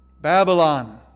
Babylon